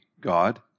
God